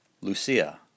Lucia